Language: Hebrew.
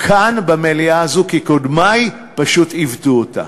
כאן במליאה הזו, כי קודמי פשוט עיוותו אותה,